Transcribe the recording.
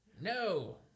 No